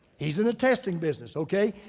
he's in the testing business, okay?